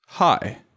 Hi